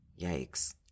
yikes